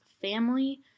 family